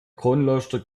kronleuchter